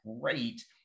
Great